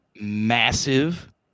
massive –